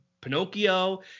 Pinocchio